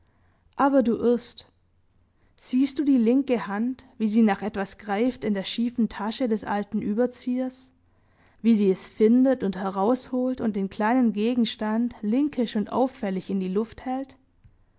aber du irrst siehst du die linke hand wie sie nach etwas greift in der schiefen tasche des alten überziehers wie sie es findet und herausholt und den kleinen gegenstand linkisch und auffällig in die luft hält